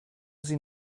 sie